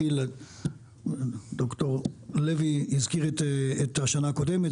ד"ר לוי הזכיר את השנה הקודמת,